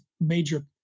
major